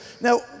now